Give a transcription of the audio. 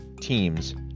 teams